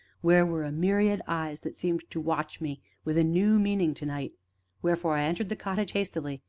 where were a myriad eyes that seemed to watch me with a new meaning, to-night wherefore i entered the cottage hastily,